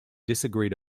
disagreed